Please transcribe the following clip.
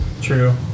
True